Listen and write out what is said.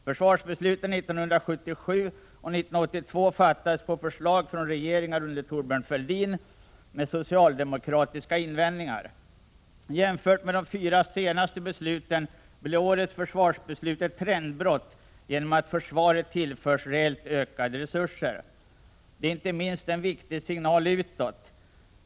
Försvarsbesluten 1977 och 1982 fattades på förslag från regeringar under Thorbjörn Fälldin, med socialdemokratiska invändningar. Jämfört med de fyra senaste besluten blir årets försvarsbeslut ett trendbrott genom att försvaret tillförs reellt ökade resurser. Det är inte minst en viktig signal utåt.